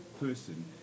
person